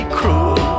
cruel